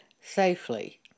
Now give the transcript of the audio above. safely